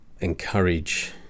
encourage